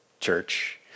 church